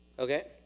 Okay